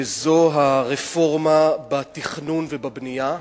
וזה הרפורמה בתכנון ובבנייה,